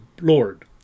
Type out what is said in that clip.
Lord